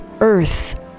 earth